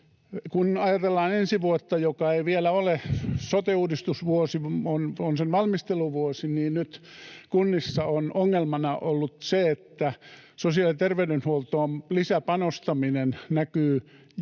Kun ajatellaan ensi vuotta, joka ei vielä ole sote-uudistusvuosi, on sen valmisteluvuosi, niin nyt kunnissa on ongelmana ollut se, että sosiaali‑ ja terveydenhuoltoon lisäpanostaminen näkyy tulevina